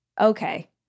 Okay